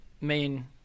main